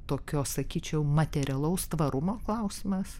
tokio sakyčiau materialaus tvarumo klausimas